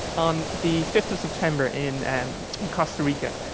on the fifth of september in um in costa rica,